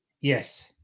Yes